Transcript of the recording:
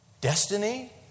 Destiny